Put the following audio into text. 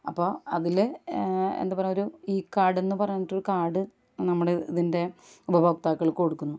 അപ്പോൾ അതിൽ എന്താണ് പറയുക ഇ കാർഡെന്ന് പറഞ്ഞിട്ട് ഒരു കാർഡ് നമ്മൾ ഇതിൻ്റെ ഉപഭോക്താക്കൾക്ക് കൊടുക്കുന്നു